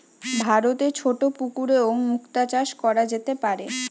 ভারতে ছোট পুকুরেও মুক্তা চাষ কোরা যেতে পারে